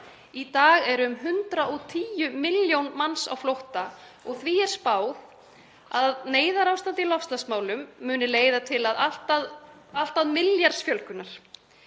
Í dag eru um 110 milljón manns á flótta og því er spáð að neyðarástand í loftslagsmálum muni leiða til allt að milljarðs fjölgunar.